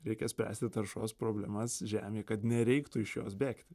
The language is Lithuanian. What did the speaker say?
reikia spręsti taršos problemas žemėj kad nereiktų iš jos bėgti